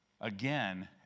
Again